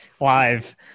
live